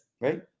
Right